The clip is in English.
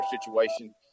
situation